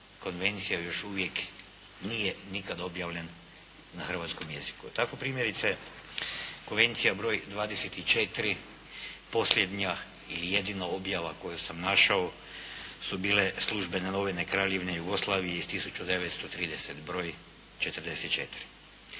konvencija još uvijek nije nikad objavljen na hrvatskom jeziku. Tako primjerice, Konvencija br. 24., posljednja i jedina objava koju sam našao su bile Službene novine Kraljevine Jugoslavije iz 1930. br.44.